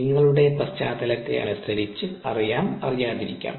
നിങ്ങളുടെ പശ്ചാത്തലത്തെ അനുസരിച്ചു അറിയാം അറിയാതിരിക്കാം